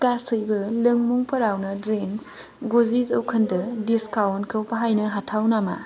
गासैबो लोंमुंफोरावनो ड्रिंक गुजि जौखोन्दो डिसकाउन्टखौ बाहायनो हाथाव नामा